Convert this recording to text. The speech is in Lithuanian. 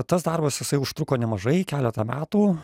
tas darbas jisai užtruko nemažai keletą metų